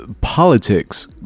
politics